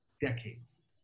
decades